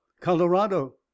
Colorado